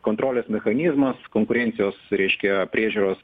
kontrolės mechanizmas konkurencijos reiškia priežiūros